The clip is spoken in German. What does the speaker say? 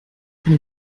vom